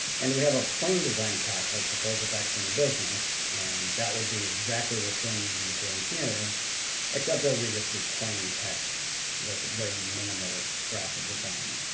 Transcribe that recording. and we have a plain design pack called proposal pack for any business and that will be exactly the same as you're seeing here except it'll be just be plain text with a very minimal graphic design.